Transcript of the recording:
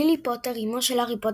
לילי פוטר – אימו של הארי,